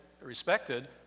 respected